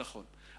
נכון.